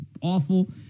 awful